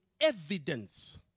evidence